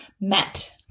met